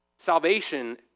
Salvation